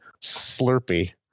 Slurpee